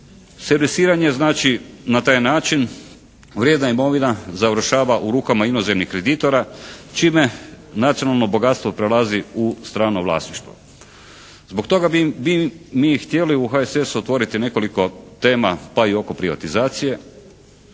Servisiranje znači na taj način vrijedna imovina završava u rukama inozemnih kreditora čime nacionalno bogatstvo prelazi u strano vlasništvo. Zbog toga bi mi htjeli u HSS-u otvoriti nekoliko tema pa i oko privatizacije